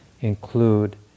include